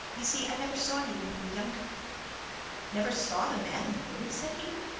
you see i never saw you when you were younger never saw the man in the moon said he.